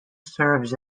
serves